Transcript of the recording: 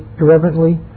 irreverently